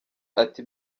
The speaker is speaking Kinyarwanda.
ati